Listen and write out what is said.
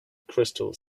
crystal